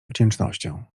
wdzięcznością